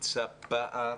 יימצא פער